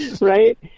Right